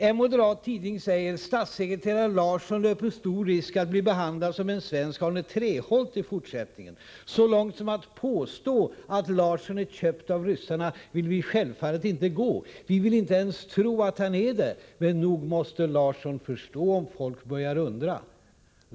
En moderat tidning säger: ”Statssekreterare Larsson löper stor risk att bli behandlad som en svensk Arne Treholt i fortsättningen. Så långt som att påstå att Larsson är köpt av ryssarna vill vi självfallet inte gå. Vi vill inte ens tro att han är det. Men nog måste Larsson förstå om folk börjar undra.